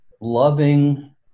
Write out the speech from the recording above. loving